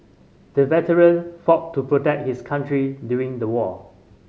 the veteran fought to protect his country during the war